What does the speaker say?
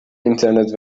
اینترنت